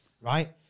right